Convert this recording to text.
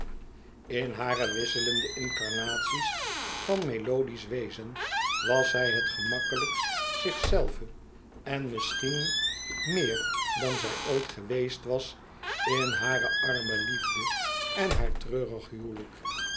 in hare wisselende incarnaties van melodiesch wezen was zij het gemakkelijkst zichzelve en misschien meer dan zij ooit geweest was in hare arme liefde en haar treurig huwelijk